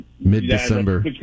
Mid-December